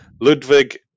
Ludwig